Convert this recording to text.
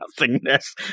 nothingness